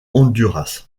honduras